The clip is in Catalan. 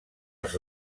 els